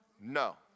No